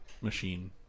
machine